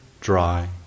dry